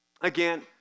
Again